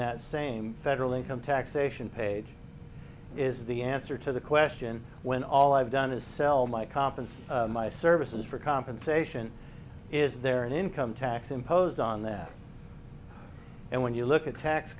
that same federal income taxation page is the answer to the question when all i've done is sell my conference my services for compensation is there an income tax imposed on that and when you look at t